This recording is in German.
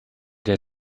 der